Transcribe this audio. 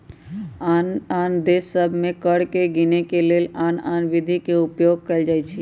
आन आन देश सभ में कर के गीनेके के लेल आन आन विधि के उपयोग कएल जाइ छइ